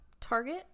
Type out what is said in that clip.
Target